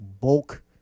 bulk